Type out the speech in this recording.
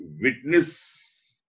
witness